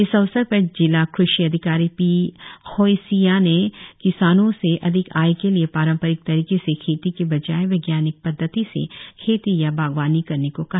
इस अवसर पर जिल क़षि अधिकारी पीखोईसिया ने किसाणोंस ए अधिक आय के लिए पारंपरिक तरीके से खेती के बजाए वैज्ञानिक पद्धति से खेती या बागवानी करने को कहा